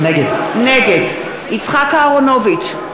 נגד יצחק אהרונוביץ,